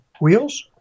wheels